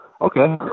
okay